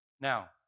Now